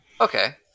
Okay